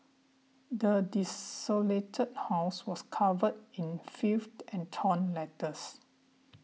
the desolated house was covered in filth and torn letters